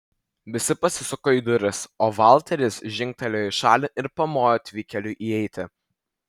visi pasisuko į duris o valteris žingtelėjo į šalį ir pamojo atvykėliui įeiti